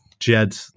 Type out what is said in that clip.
Jed